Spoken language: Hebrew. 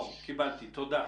קיבלתי, תודה.